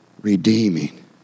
redeeming